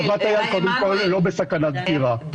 חוות אייל קודם כול לא בסכנת סגירה,